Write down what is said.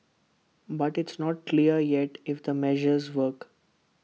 but it's not clear yet if the measures work